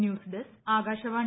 news desk Akashvani